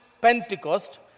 Pentecost